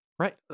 Right